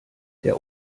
der